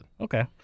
Okay